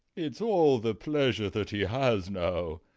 it's all the pleasure that he has now.